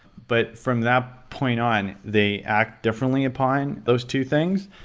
but from that point on, they act different like upon those two things,